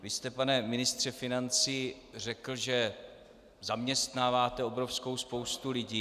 Vy jste, pane ministře financí, řekl, že zaměstnáváte obrovskou spoustu lidí.